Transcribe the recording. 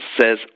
says